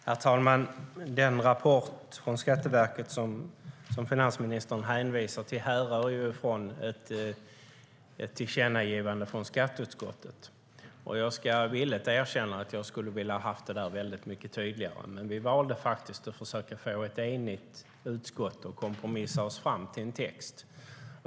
Herr talman! Den rapport från Skatteverket som finansministern hänvisar till härrör ju från ett tillkännagivande från skatteutskottet. Jag ska villigt erkänna att jag hade velat att det hade skett väldigt mycket tidigare, men vi valde faktiskt att försöka ha ett enigt utskott och försöka kompromissa oss fram till en text.